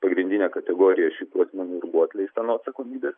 pagrindinė kategorija šitų asmenų buvo atleista nuo atsakomybės